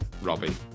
Robbie